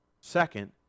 second